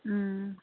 ꯎꯝ